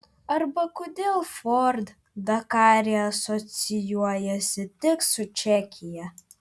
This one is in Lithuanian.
arba kodėl ford dakare asocijuojasi tik su čekija